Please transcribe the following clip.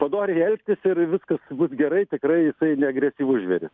padoriai elgtis ir viskas bus gerai tikrai jisai neagresyvus žvėris